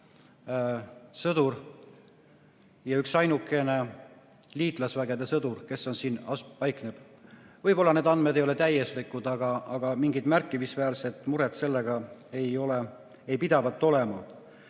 sõdur ja üksainukene liitlasvägede sõdur, kes siin paikneb. Võib-olla need andmed ei ole täielikud, aga mingit märkimisväärset muret sellega ei pidavat olema.